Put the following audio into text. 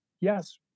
yes